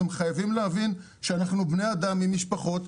אתם חייבים להבין שאנחנו בני אדם עם משפחות.